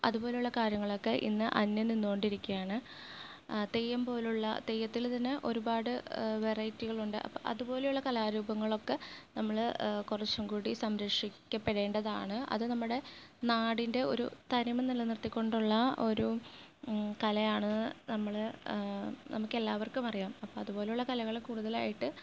അതുപോലുള്ള കാര്യങ്ങളക്കെ ഇന്ന് അന്ന്യം നിന്നുകൊണ്ടിരിക്കാണ് തെയ്യം പോലുള്ള തെയ്യത്തിൽ തന്നെ ഒരുപാട് വെറൈറ്റികൾ ഉണ്ട് അപ്പം അതുപോലുള്ള കലാരൂപങ്ങളൊക്കെ നമ്മൾ കുറച്ചും കൂടി സംരക്ഷിക്കപ്പെടേണ്ടതാണ് അത് നമ്മുടെ നാടിൻ്റെ ഒരു തനിമ നിലനിർത്തിക്കൊണ്ടുള്ള ഒരു കലയാണ് നമ്മൾ നമുക്കെല്ലാവർക്കും അറിയാം അപ്പം അതുപോലുള്ള കലകൾ കൂടുതലായിട്ട്